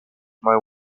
might